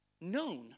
known